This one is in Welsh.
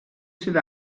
sydd